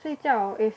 睡觉 is